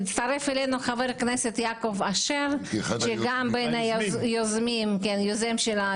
הצטרף אלינו חבר הכנסת יעקב אשר שגם הוא בין יוזמי הדיון.